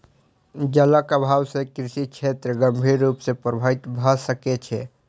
जलक अभाव से कृषि क्षेत्र गंभीर रूप सॅ प्रभावित भ सकै छै